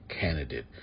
candidate